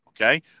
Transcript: Okay